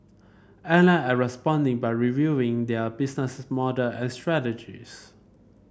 airline are responding by reviewing their business model strategies